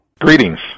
Greetings